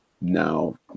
now